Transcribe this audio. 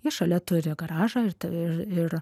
jie šalia turi garažą tai ir